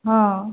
ହଁ